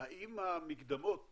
האם המקדמות